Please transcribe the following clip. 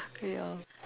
ya